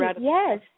yes